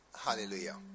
Hallelujah